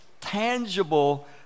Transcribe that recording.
tangible